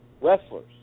wrestlers